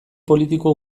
politiko